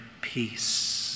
peace